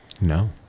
No